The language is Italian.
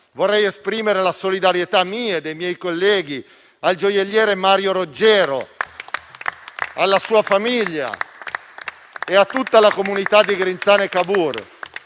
vorrei esprimere la solidarietà mia e dei miei colleghi al gioielliere Mario Roggero, alla sua famiglia e a tutta la comunità di Grinzane Cavour